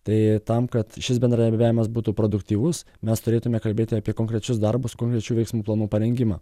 tai tam kad šis bendradarbiavimas būtų produktyvus mes turėtume kalbėti apie konkrečius darbus konkrečių veiksmų planų parengimą